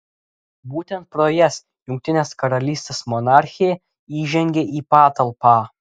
būtent pro jas jungtinės karalystės monarchė įžengia į patalpą